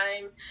times